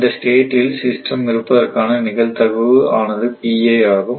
இந்த ஸ்டேட்டில் சிஸ்டம் இருப்பதற்கான நிகழ்தகவு ஆனது ஆகும்